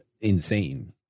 insane